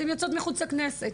אתן יוצאות מחוץ לכנסת,